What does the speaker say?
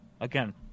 again